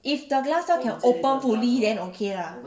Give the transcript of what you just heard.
if the glass door can open fully then okay lah